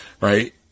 right